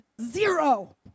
Zero